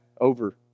over